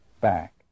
back